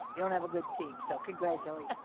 you don't have a good team, so congratulations.